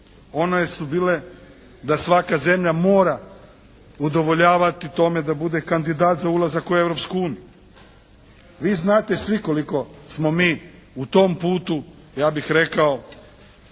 One su bile da svaka zemlja mora udovoljavati tome da bude kandidat za ulazak u Europsku uniju. Vi znate svi koliko smo mi u tom putu ja bih rekao